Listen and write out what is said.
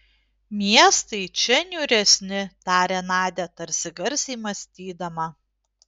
miestai čia niūresni tarė nadia tarsi garsiai mąstydama